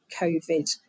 COVID